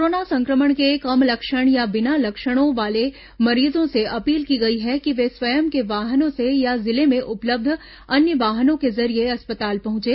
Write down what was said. corona संक्रमण के कम लक्षण या बिना लक्षणों वाले मरीजों से अपील की गई है कि ये स्वयं के वाहनों से या जिले में उपलब्ध अन्य वाहनों के जरिए अस्पताल पहुंचे